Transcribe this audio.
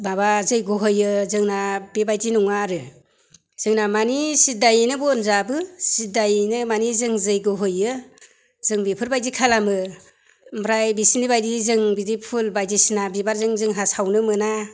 माबा जग्य' होयो जोंना बेबायदि नङा आरो जोंना माने सिद्दायैनो बन जाबो सिद्दायैनो मानि जों जग्य' होयो जों बेफोरबायदि खालामो ओमफ्राय बिसोरनि बायदि जों बिदि फुल बायदिसिना बिबारजों जोंहा सावनो मोना